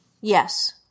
Yes